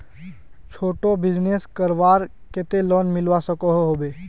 छोटो बिजनेस करवार केते लोन मिलवा सकोहो होबे?